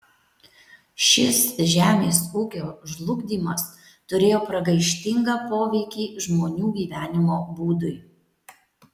šis žemės ūkio žlugdymas turėjo pragaištingą poveikį žmonių gyvenimo būdui